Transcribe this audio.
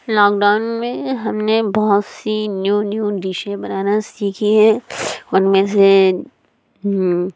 lock down میں ہم نے بہت سی نیو نیو ڈشیں بنانا سیکھی ہیں ان میں سے